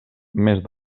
més